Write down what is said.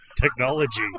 technology